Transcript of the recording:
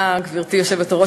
גברתי היושבת-ראש,